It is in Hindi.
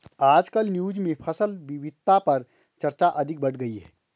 आजकल न्यूज़ में फसल विविधता पर चर्चा अधिक बढ़ गयी है